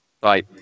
Bye